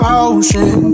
ocean